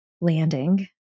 landing